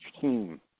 team